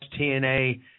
TNA